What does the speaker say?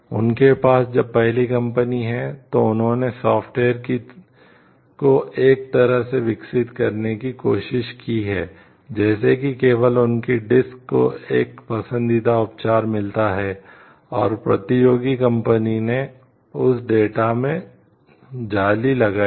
उनके पास जब पहली कंपनी है तो उन्होंने सॉफ्टवेयर में जाली लगाई है